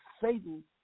Satan